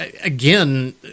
again